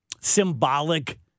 symbolic